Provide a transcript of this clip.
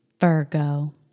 Virgo